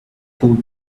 could